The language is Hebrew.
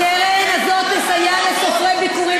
הקרן הזאת תסייע לסופרי ביכורים.